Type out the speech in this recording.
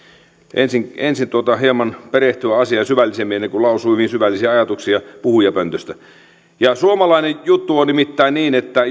ensin ensin hieman perehtyä asiaan syvällisemmin ennen kuin lausuu hyvin syvällisiä ajatuksia puhujapöntöstä juttu on nimittäin niin että